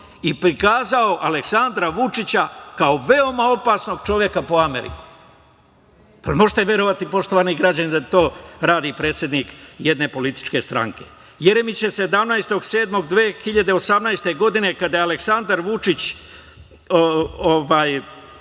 i prikazao Aleksandra Vučića kao veoma opasnog čoveka po Ameriku. Jel možete verovati, poštovani građani, da to radi predsednik jedne političke stranke. Jeremić je 17.07.2018. godine, kada je Aleksandar Vučić